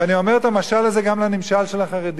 ואני אומר את המשל הזה גם לנמשל של החרדים.